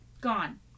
gone